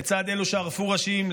לצד אלו שערפו ראשים,